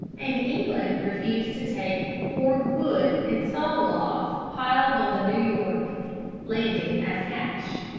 and england refused to take cord-wood and saw-logs piled on the new york landing as cash.